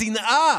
השנאה